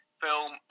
film